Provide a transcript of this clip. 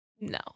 no